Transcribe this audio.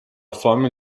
formen